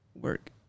work